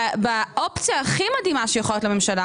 באופציה הכי מדהימה שיכולה להיות לממשלה